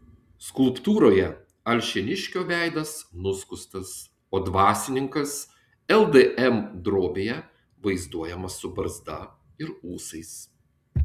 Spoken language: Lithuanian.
skulptūroje alšėniškio veidas nuskustas o dvasininkas ldm drobėje vaizduojamas su barzda ir ūsais